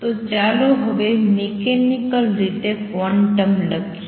તો ચાલો હવે મિકેનિકલ રીતે ક્વોન્ટમ લખીએ